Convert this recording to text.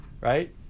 right